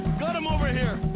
got em over here!